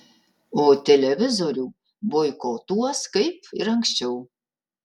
o televizorių boikotuos kaip ir anksčiau